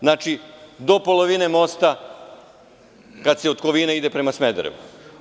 Znači, do polovine mosta kada se od Kovina ide ka Smederevu.